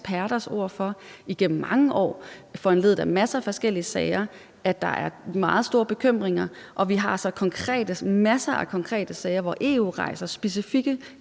eksperters ord igennem mange år for, og det er foranlediget af en masse forskellige sager, at der er meget store bekymringer, og vi har masser af konkrete sager, hvor EU rejser specifikke